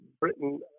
britain